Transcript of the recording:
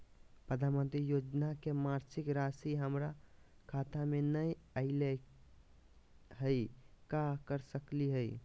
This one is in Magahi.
प्रधानमंत्री योजना के मासिक रासि हमरा खाता में नई आइलई हई, का कर सकली हई?